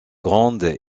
grande